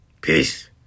Peace